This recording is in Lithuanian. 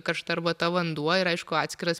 karšta arbata vanduo ir aišku atskiras